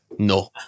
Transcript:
No